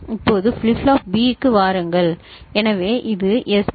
இப்போது flip flop B க்கு வாருங்கள் எனவே இது எஸ்